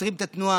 עוצרים את התנועה.